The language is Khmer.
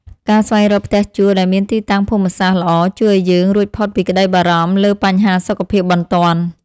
ការស្វែងរកផ្ទះជួលដែលមានទីតាំងភូមិសាស្ត្រល្អជួយឱ្យយើងរួចផុតពីក្តីបារម្ភលើបញ្ហាសុខភាពបន្ទាន់។